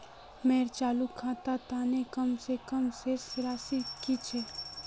मोर चालू खातार तने कम से कम शेष राशि कि छे?